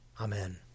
Amen